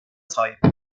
sahip